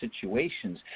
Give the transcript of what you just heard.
situations